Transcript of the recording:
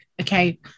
okay